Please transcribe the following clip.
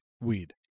weed